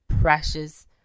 precious